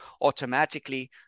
automatically